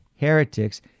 heretics